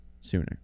sooner